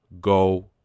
Go